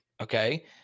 okay